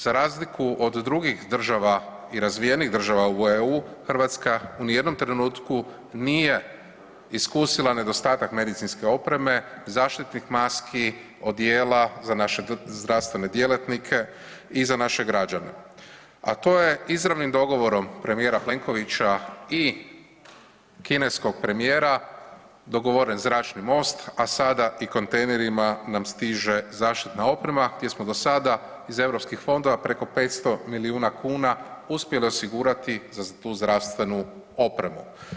Za razliku od drugih država i razvijenih država u EU, Hrvatska ni u jednom trenutku nije iskusila nedostatak medicinske opreme, zaštitnih maski, odjela za naše zdravstvene djelatnike i za naše građane, a to je izravnim dogovorom premijera Plenkovića i kineskog premijera dogovoren zračni most, a sada i kontejnerima nam stiže zaštitna oprema gdje smo do sada iz europskih fondova preko 500 milijuna kuna uspjeli osigurati tu zdravstvenu opremu.